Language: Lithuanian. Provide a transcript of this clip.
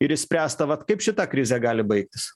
ir išspręsta vat kaip šita krizė gali baigtis